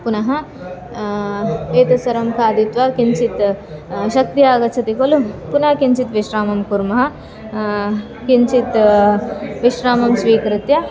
पुनः एतत् सर्वं खादित्वा किञ्चित् शक्तिः आगच्छति खलु पुनः किञ्चित् विश्रामं कुर्मः किञ्चित् विश्रामं स्वीकृत्य